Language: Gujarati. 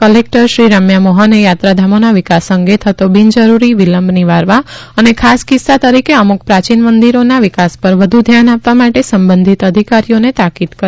કલેકટર શ્રી રેમ્યા મોહને થાત્રાધામોના વિકાસ અંગે થતો બિનજરૂરી વિલંબ નિવારવા તથા ખાસ કિસ્સા તરીકે અમુ ક પ્રાચીન મંદિરોના વિકાસ પર વધુ ધ્યાન આપવા માટે સંબંધિત અધિકારીઓને તાકીદ કરી હતી